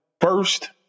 first